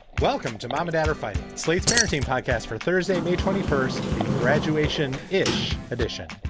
welcome to mama dandified slate's parenting podcast for thursday, may twenty first. the graduation ish edition.